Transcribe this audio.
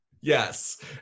Yes